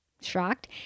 shocked